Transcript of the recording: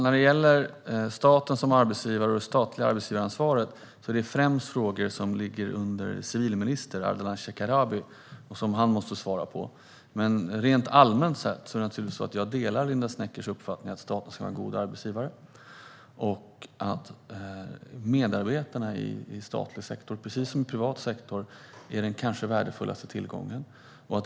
Fru talman! Staten som arbetsgivare och det statliga arbetsgivaransvaret är främst frågor som ligger under civilminister Ardalan Shekarabi och som han måste svara på. Men rent allmänt delar jag naturligtvis Linda Sneckers uppfattning att staten ska vara en god arbetsgivare och att medarbetarna i statlig sektor är den kanske värdefullaste tillgången, precis som i privat sektor.